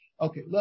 Okay